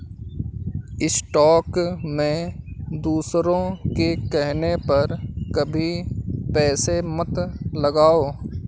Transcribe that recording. stock में दूसरों के कहने पर कभी पैसे मत लगाओ